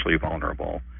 vulnerable